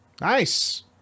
Nice